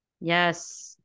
Yes